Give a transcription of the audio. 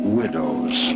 widows